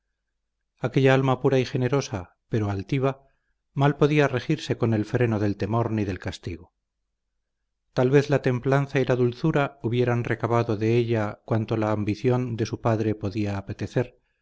aquella alma pura y generosa pero altiva mal podía regirse con el freno del temor ni del castigo tal vez la templanza y la dulzura hubieran recabado de ella cuanto la ambición de su padre podía apetecer